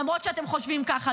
למרות שאתם חושבים ככה.